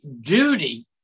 duty